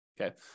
Okay